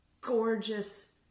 gorgeous